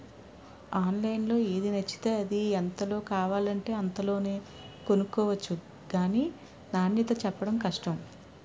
ఆన్లైన్లో ఏది నచ్చితే అది, ఎంతలో కావాలంటే అంతలోనే కొనుక్కొవచ్చు గానీ నాణ్యతే చెప్పడం కష్టం